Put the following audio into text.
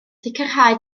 sicrhau